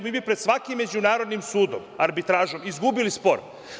Vi bi pred svakim međunarodnim sudom, arbitražom izgubili spor.